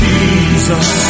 Jesus